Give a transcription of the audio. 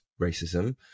racism